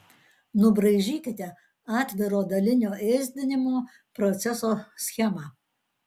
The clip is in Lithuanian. nubraižykite atviro dalinio ėsdinimo proceso schemą